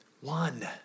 One